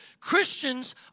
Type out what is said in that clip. Christians